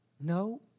No